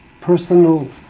personal